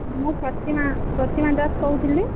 ମୁଁ ପ୍ରତିମା ପ୍ରତିମା ଦାସ କହୁଥିଲି